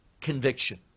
conviction